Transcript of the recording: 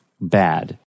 bad